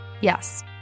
Yes